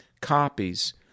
copies